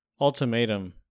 ultimatum